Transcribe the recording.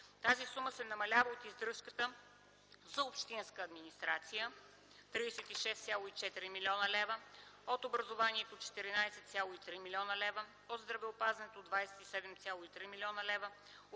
Тази сума се намалява от издръжката за общинската администрация – с 36,4 млн. лв., от образованието – 14,3 млн. лв., от здравеопазването – 27,3 млн. лв.,